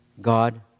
God